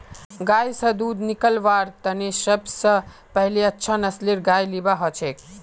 गाय स दूध निकलव्वार तने सब स पहिले अच्छा नस्लेर गाय लिबा हछेक